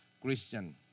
Christian